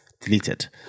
deleted